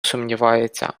сумнівається